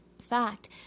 fact